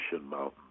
Mountains